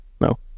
no